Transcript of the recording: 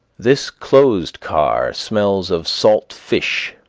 this closed car smells of salt fish,